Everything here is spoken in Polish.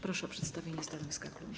Proszę o przedstawienie stanowiska klubu.